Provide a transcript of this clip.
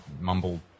mumble